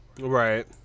right